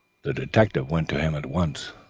the detective went to him at once.